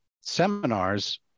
seminars